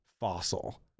fossil